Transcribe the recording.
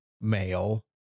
male